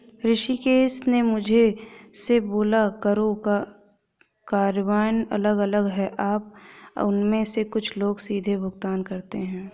ऋषिकेश ने मुझसे बोला करों का कार्यान्वयन अलग अलग है आप उनमें से कुछ को सीधे भुगतान करते हैं